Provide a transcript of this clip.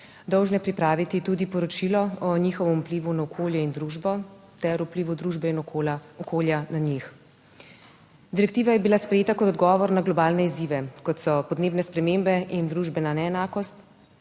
dolžne pripraviti tudi poročilo o svojem vplivu na okolje in družbo ter vplivu družbe in okolja na njih. Direktiva je bila sprejeta kot odgovor na globalne izzive, kot so podnebne spremembe in družbena neenakost,